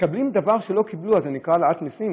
מקבלים דבר שלא קיבלו, אז זה נקרא העלאת מיסים?